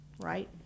right